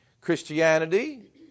Christianity